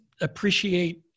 appreciate